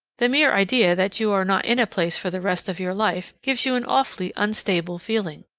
the mere idea that you are not in a place for the rest of your life gives you an awfully unstable feeling.